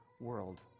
world